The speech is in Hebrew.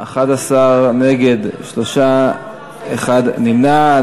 שלושה נגד, נמנע אחד.